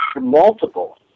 multiple